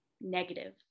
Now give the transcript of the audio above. negative